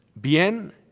bien